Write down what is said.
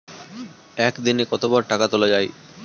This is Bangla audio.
একদিনে কতবার টাকা তোলা য়ায়?